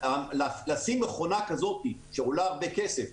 לשים מכונה כזאת שעולה הרבה כסף,